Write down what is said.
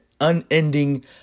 unending